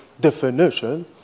definition